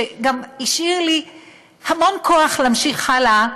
שגם השאיר לי המון כוח להמשיך הלאה